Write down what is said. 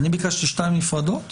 אני ביקשתי שתיים נפרדות?